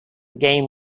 game